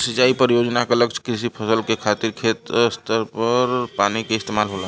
सिंचाई परियोजना क लक्ष्य कृषि फसल के खातिर खेत स्तर पर पानी क इस्तेमाल होला